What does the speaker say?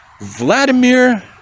Vladimir